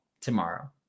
tomorrow